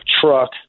truck